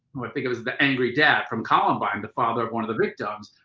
who i think it was the angry dad from columbine, the father of one of the victims,